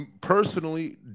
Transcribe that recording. personally